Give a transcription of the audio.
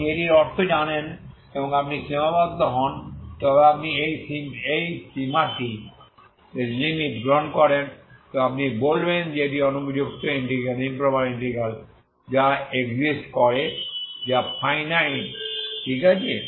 আপনি এটির অর্থ জানেন এবং যদি আপনি সীমাবদ্ধ হন তবে আপনি এই সীমাটি গ্রহণ করেন তবে আপনি বলবেন যে এটি অনুপযুক্ত ইন্টিগ্রাল যা এক্সিস্ট করে যা ফাইনাইট ঠিক আছে